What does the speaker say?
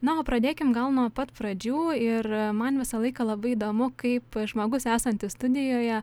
na o pradėkim gal nuo pat pradžių ir man visą laiką labai įdomu kaip žmogus esantis studijoje